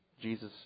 Jesus